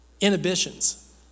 inhibitions